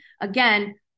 again